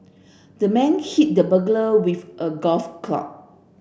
the man hit the burglar with a golf club